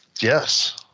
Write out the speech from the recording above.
Yes